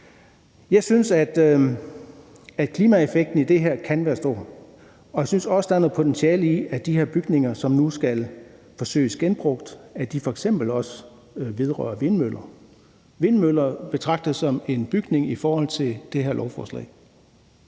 Jeg synes, at klimaeffekten i det her kan anses for at være stor, og jeg synes også, der er noget potentiale i, at de bygninger, som nu skal forsøges genbrugt, f.eks. også kan være vindmøller. Vindmøller betragtes som en bygning i forhold til det her lovforslag.